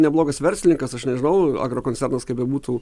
neblogas verslininkas aš nežinau agrokoncernas kaip bebūtų